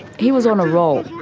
he was on a roll.